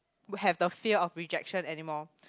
would have the fear of rejection anymore